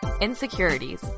Insecurities